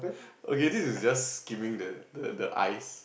okay this is just giving the the the ice